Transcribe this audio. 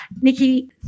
Nikki